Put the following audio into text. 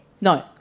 No